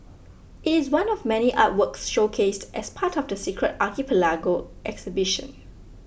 it is one of many artworks showcased as part of the Secret Archipelago exhibition